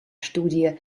studie